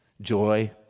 joy